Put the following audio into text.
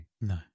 No